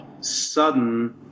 sudden